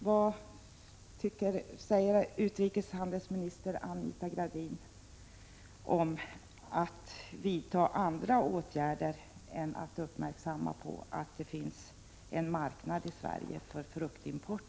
Vad säger utrikeshandelsminister Anita Gradin om att vidta andra åtgärder än att göra andra länder uppmärksamma på att det finns en marknad i Sverige för fruktimport?